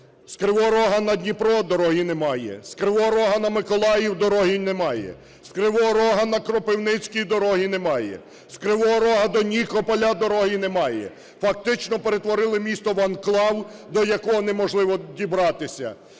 З Кривого Рогу на Дніпро дороги немає. З Кривого Рогу на Миколаїв дороги немає. З Кривого Рогу на Кропивницький дороги немає. З Кривого Рогу до Нікополя дороги немає. Фактично перетворили місто в анклав, до якого неможливо дібратися.